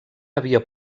havia